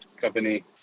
company